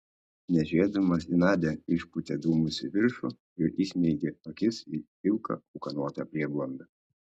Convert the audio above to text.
nežiūrėdamas į nadią išpūtė dūmus į viršų ir įsmeigė akis į pilką ūkanotą prieblandą